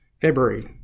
February